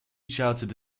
shouted